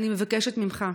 אני מבקשת ממך: